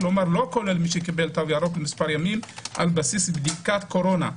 כלומר לא כולל מי שקיבל תו ירוק מספר ימים על בסיס בדיקת קורונה.